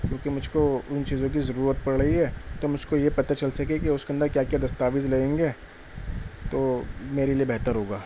کیونکہ مجھ کو ان چیزوں کی ضرورت پڑ رہی ہے تو مجھ کو یہ پتہ چل سکے کہ اس کے اندر کیا کیا دستاویز لگیں گے تو میرے لیے بہتر ہوگا